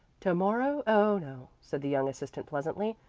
to-morrow? oh no, said the young assistant pleasantly.